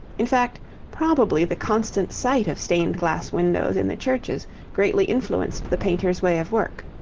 in fact probably the constant sight of stained-glass windows in the churches greatly influenced the painters' way of work.